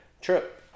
trip